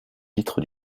vitre